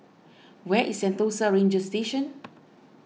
where is Sentosa Ranger Station